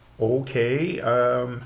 okay